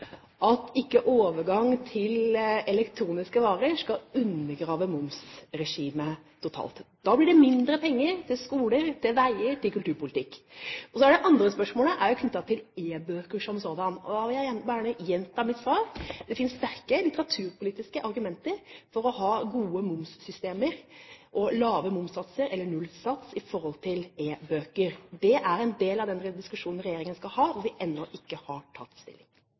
at en overgang til elektroniske varer ikke skal undergrave momsregimet totalt. Da blir det mindre penger til skoler, til veier, til kulturpolitikk. Det andre spørsmålet er knyttet til e-bøker som sådan. Da vil jeg gjerne gjenta mitt svar: Det fins sterke litteraturpolitiske argumenter for å ha gode momssystemer og lave momssatser eller nullsats i tilknytning til e-bøker. Det er en del av den diskusjonen regjeringen skal ha, hvor vi ennå ikke har tatt stilling.